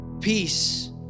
peace